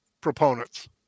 proponents